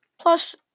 Plus